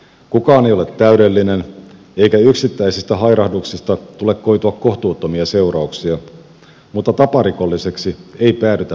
kukaan ei ole täydellinen eikä yksittäisistä hairahduksista tule koitua kohtuuttomia seurauksia mutta taparikolliseksi ei päädytä vahingossa